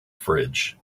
fridge